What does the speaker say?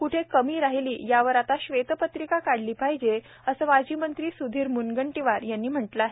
क्ठे कमी राहिली यावर आता श्वेतपत्रिका काढली पाहिजे अस माजी मंत्री सुधीर म्नगंटीवार यांनी म्हंटलं आहे